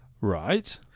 Right